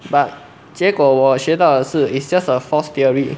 but 结果我学到的是 it's just a forced theory